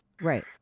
Right